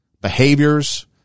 behaviors